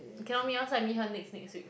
cannot meet loh so I meet her next next week